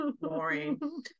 Boring